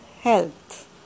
health